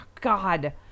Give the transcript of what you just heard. God